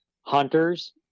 hunters